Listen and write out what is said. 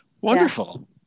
wonderful